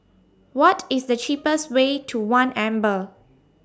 What IS The cheapest Way to one Amber